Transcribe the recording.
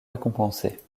récompensés